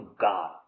God